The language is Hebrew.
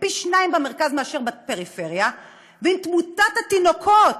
פי-שניים מאשר בפריפריה ואם תמותת התינוקות